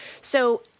So-